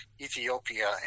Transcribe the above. Ethiopia